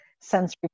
sensory